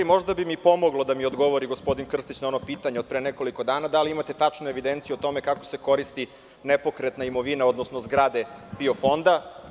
Možda bi pomoglo da mi gospodin Krstić odgovori na ono pitanje od pre nekoliko dana – da li imate tačnu evidenciju o tome kako se koristi nepokretna imovina, odnosno zgrade PIO fonda?